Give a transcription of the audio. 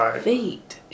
feet